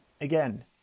again